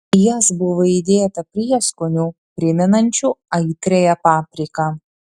į jas buvo įdėta prieskonių primenančių aitriąją papriką